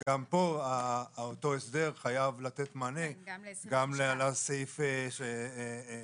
גם כאן אותו הסדר חייב לתת מענה לסעיף הזה.